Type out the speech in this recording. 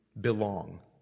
belong